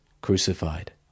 crucified